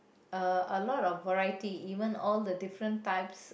uh a lot of variety even all the different types